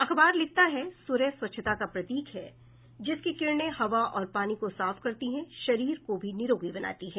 अखबार लिखता है सूर्य स्वच्छता का प्रतीक है जिसकी किरणे हवा और पानी को साफ करती हैं शरीर को भी निरोगी बनाती है